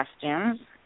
costumes